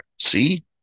See